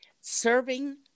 serving